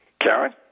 Karen